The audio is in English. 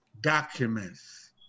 documents